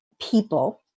people